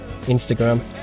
Instagram